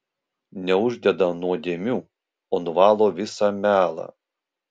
neuždeda nuodėmių o nuvalo visą melą